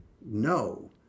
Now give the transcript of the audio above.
No